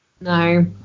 no